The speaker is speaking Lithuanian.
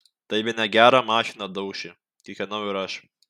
tai bene gerą mašiną dauši kikenau ir aš